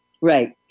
Right